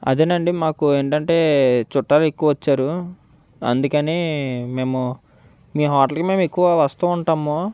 అదేనండి మాకు ఏంటంటే చుట్టాలు ఎక్కువ వచ్చారు అందుకని మేము మీ హోటల్కి మేము ఎక్కువ వస్తు ఉంటాము